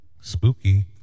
Spooky